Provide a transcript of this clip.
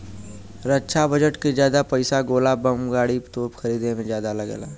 रक्षा budget के जादा पइसा गोला बम गाड़ी, तोप खरीदे में जादा लगला